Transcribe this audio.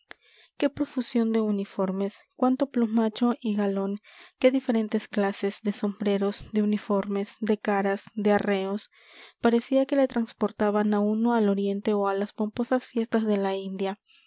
qué profusión de uniformes cuánto plumacho y galón qué diferentes clases de sombreros de uniformes de caras de arreos parecía que le trasportaban a uno al oriente o a las pomposas fiestas de la india